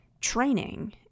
training